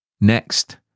Next